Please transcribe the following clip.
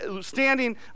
standing